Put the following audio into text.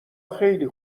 خیلی